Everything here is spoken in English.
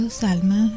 salma